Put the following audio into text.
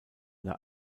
der